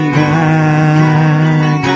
back